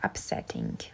Upsetting